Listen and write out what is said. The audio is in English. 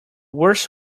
worst